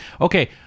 okay